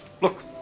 Look